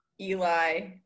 Eli